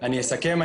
אני אסכם.